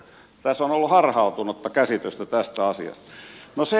tässä on ollut harhautunutta käsitystä tästä asiasta